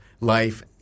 life